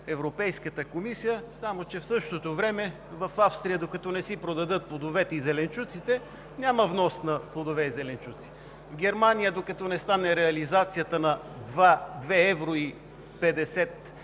Европейската комисия. Само че в същото време в Австрия, докато не си продадат плодовете и зеленчуците, няма внос на плодове и зеленчуци. В Германия, докато не стане реализацията на две евро